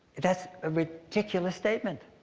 that's a ridiculous statement.